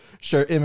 Sure